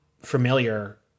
familiar